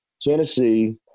Tennessee